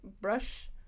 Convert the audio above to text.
brush